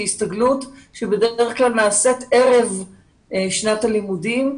הסתגלות שנעשית בדרך כלל ערב שנת הלימודים.